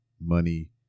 money